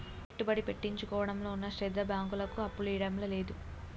పెట్టుబడి పెట్టించుకోవడంలో ఉన్న శ్రద్ద బాంకులకు అప్పులియ్యడంల లేదు